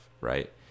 right